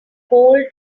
cold